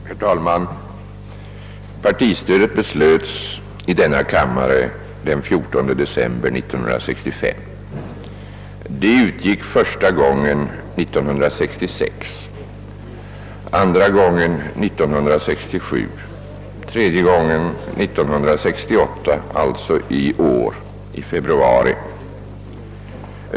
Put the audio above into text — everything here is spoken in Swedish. Herr talman! Partistödet beslöts i denna kammare den 14 december 1965. Det utgick första gången 1966, andra gången 1967 och tredje gången i februari 1968.